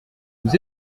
vous